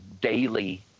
daily